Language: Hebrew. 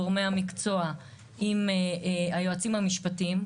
גורמי המקצוע עם היועצים המשפטיים,